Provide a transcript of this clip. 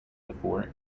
before